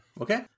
Okay